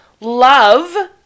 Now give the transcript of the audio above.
love